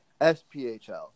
SPHL